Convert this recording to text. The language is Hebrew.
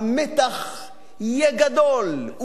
המתח יהיה גדול,